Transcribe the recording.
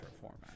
format